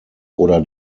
oder